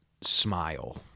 smile